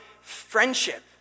friendship